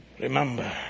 Remember